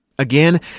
Again